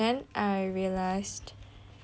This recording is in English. I forgot to